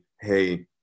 Hey